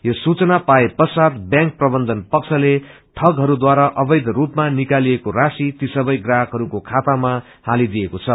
यो सूचना पाए ष्वात व्यांक प्रबन्यक पक्षले ठगहरूद्वारा अवैध रूपमा निकालिएको राशि ती सबै ग्राहकहरूको खातामा हालिदिएको छ